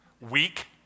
weak